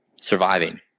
surviving